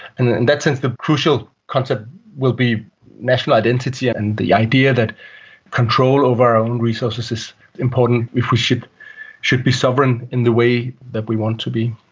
and that sense the crucial concept will be national identity and the idea that control over our own resources is important if we should should be sovereign in the way that we want to be.